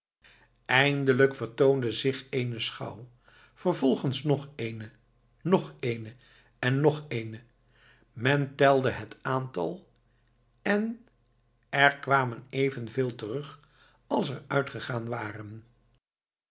eindelijk vertoonde zich eene schouw vervolgens nog eene nog eene en nog eene men telde het aantal en er kwamen evenveel terug als er uitgegaan waren